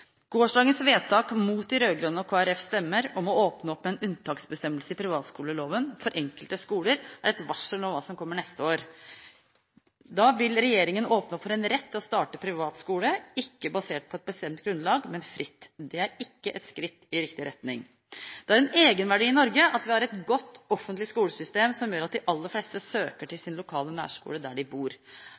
Gårsdagens vedtak, mot de rød-grønne og Kristelig Folkepartis stemmer, om å åpne opp for en unntaksbestemmelse i privatskoleloven for enkelte skoler er et varsel om hva som kommer neste år. Da vil regjeringen åpne opp for en rett til å starte privatskole ikke basert på et bestemt grunnlag, men fritt. Det er ikke et skritt i riktig retning. Det har en egenverdi i Norge at vi har et godt offentlig skolesystem som gjør at de aller fleste søker til sin lokale nærskole der de bor.